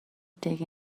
take